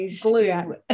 glue